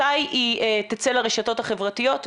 מתי היא תצא לרשתות החברתיות וכו'.